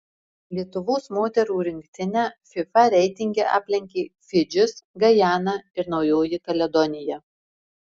lietuvos moterų rinktinę fifa reitinge aplenkė fidžis gajana ir naujoji kaledonija